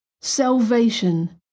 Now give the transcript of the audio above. salvation